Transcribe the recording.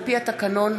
על-פי התקנון,